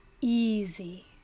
easy